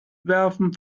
werfen